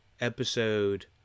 episode